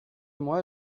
moi